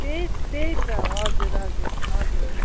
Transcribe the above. त्यही त्यही त हजुर हजुर हजुर